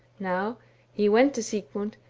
now he went to sigmund,